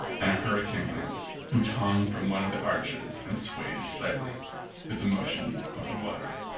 and a hurricane lamp which hung from one of the arches and swayed slightly with the motion of the water.